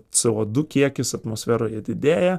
co du kiekis atmosferoje didėja